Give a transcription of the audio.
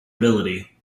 ability